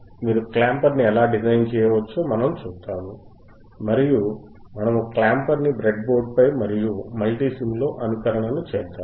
మీరు క్లాంపర్ను ఎలా డిజైన్ చేయవచ్చో మనము చూద్దాము మరియు మనము క్లాంపర్ ని బ్రెడ్బోర్డ్పై మరియు మల్టీసిమ్ లో అనుకరణను చేద్దాము